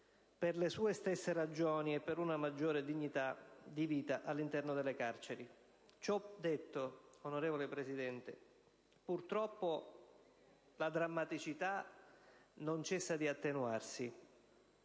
per le sue stesse ragioni e per una maggiore dignità di vita all'interno delle carceri. Ciò detto, onorevole Presidente, purtroppo la drammaticità non cessa di attenuarsi.